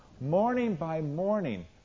Morning-by-morning